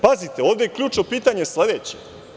Pazite, ovde je ključno pitanje sledeće.